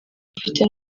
ifite